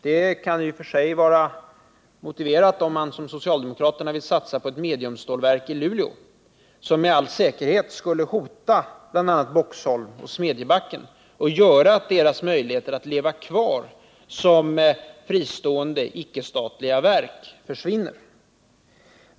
Detta blir säkert motiverat, om man som socialdemokraterna vill satsa på ett mediumstålverk i Luleå, något som med all säkerhet skulle hota bl.a. Boxholm och Smedjebacken och göra att deras möjligheter att leva kvar som fristående icke-statliga verk försvinner.